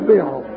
Bill